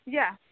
Yes